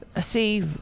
see